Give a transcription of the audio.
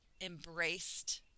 embraced